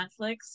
Netflix